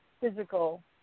physical